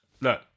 look